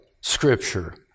Scripture